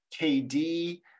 KD